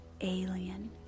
alien